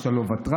אתה לא ותרן,